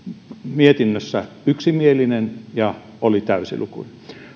mietinnöstä yksimielinen ja täysilukuinen